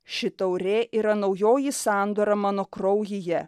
ši taurė yra naujoji sandora mano kraujyje